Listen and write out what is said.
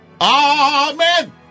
Amen